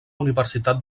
universitat